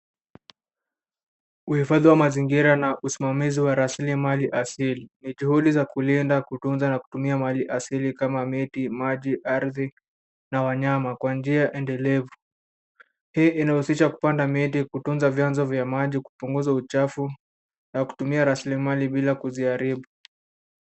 Wahifadhi wa mazingira na usimamizi wa rasilimali asili ni juhudi za kulinda na kutunza na kutumia mali asili kama miti, maji , arthi na wanyama kwa njia endelevu hii inahusisha kupanda miti ,kutunza vyanzo vya maji ,kupunguza uchafu na kutumia rasilimali bila kuziharibu.